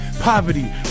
Poverty